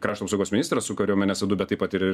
krašto apsaugos ministras su kariuomenės vadu bet taip pat ir